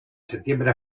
septiembre